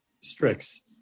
Strix